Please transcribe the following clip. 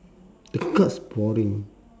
the cards boring